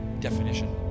definition